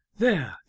there.